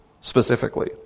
specifically